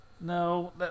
No